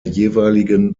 jeweiligen